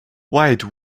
white